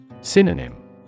Synonym